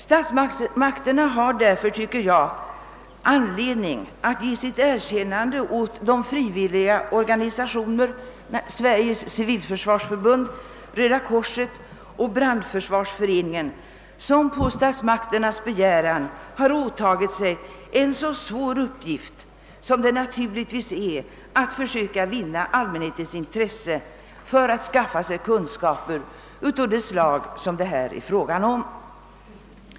Statsmakterna har därför enligt min mening anledning att ge sitt erkännande åt de tre frivilliga organisationer — Sveriges civilförsvarsförbund, Svenska röda korset och Svenska brandförsvarsföreningen — som på statsmakternas begäran har åtagit sig den svåra uppgiften att försöka vinna allmänhetens intresse när det gäller att skaffa sig kunskaper av det slag det här är fråga om.